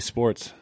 Sports